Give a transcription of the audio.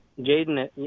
Jaden